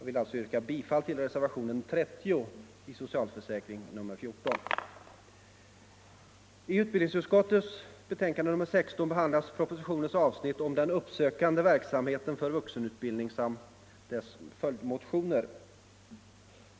Jag yrkar bifall till reservationen 30 vid socialförsäkringsutskottets betänkande nr 14. I utbildningsutskottets betänkande nr 16 behandlas propositionens avsnitt om den uppsökande verksamheten för vuxenutbildning samt följdmotionerna.